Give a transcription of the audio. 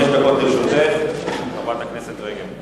חמש דקות לרשותך, חברת הכנסת רגב.